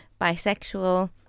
bisexual